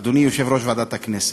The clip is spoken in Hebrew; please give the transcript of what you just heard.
אדוני יושב-ראש ועדת הכנסת.